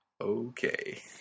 Okay